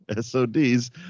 SODs